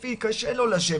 כי 'לאפי קשה לשבת,